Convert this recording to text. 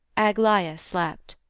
aglaia slept.